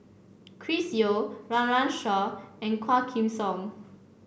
Chris Yeo Run Run Shaw and Quah Kim Song